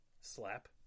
Slap